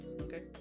okay